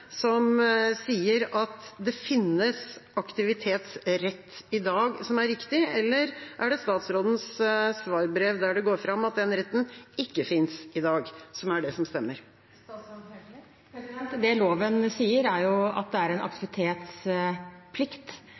komitéflertallet sier, at det finnes aktivitetsrett i dag, som er riktig, eller er det det som står i statsrådens svarbrev, der det går fram at denne retten ikke finnes i dag, som er det som stemmer? Det loven sier, er at det er en aktivitetsplikt,